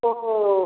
तो